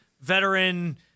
veteran